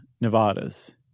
Nevadas